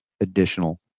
additional